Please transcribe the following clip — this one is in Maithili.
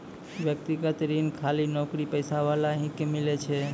व्यक्तिगत ऋण खाली नौकरीपेशा वाला ही के मिलै छै?